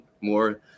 more